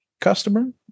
customer